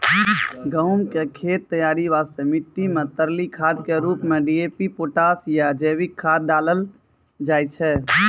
गहूम के खेत तैयारी वास्ते मिट्टी मे तरली खाद के रूप मे डी.ए.पी पोटास या जैविक खाद डालल जाय छै